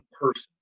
person